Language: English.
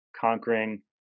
conquering